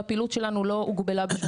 והפעילות שלנו לא הוגבלה בכל צורה.